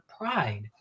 pride